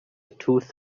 tooth